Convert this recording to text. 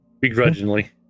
Begrudgingly